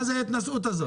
מה זו ההתנשאות הזו?